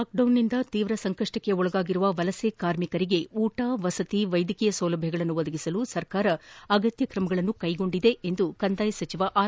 ಲಾಕ್ಡೌನ್ನಿಂದ ತೀವ್ರ ಸಂಕಷ್ಟಕ್ಕೊಳಗಾಗಿರುವ ವಲಸೆ ಕಾರ್ಮಿಕರಿಗೆ ಊಟ ವಸತಿ ವೈದ್ಯಕೀಯ ಸೌಲಭ್ಯ ಒದಗಿಸಲು ಸರ್ಕಾರ ಅಗತ್ಯಕ್ರಮ ಕೈಗೊಂಡಿದೆ ಎಂದು ಕಂದಾಯ ಸಚಿವ ಆರ್